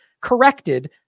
corrected